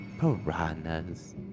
piranhas